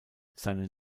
seinen